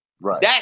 Right